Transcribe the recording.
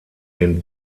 den